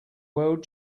world